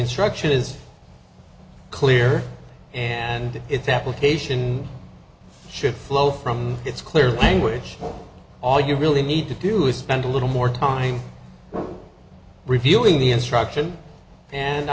instruction is clear and its application should flow from it's clear language all you really need to do is spend a little more time revealing the instruction and